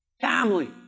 family